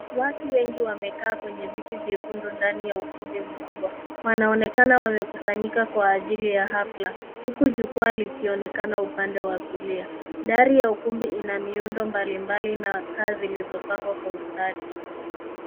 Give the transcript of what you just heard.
Watu wengi wamekaa kwenye viti vyekundu ndani ya ukumbi mkubwa wanaonekana wamekusanyika kwa ajili ya hafla huku jukwaa likionekana upande wa kulia. Dari ya ukumbi ina miundo mbalimbali na taa zilizopangwa kwa ustadi.